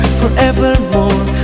forevermore